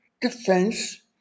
defense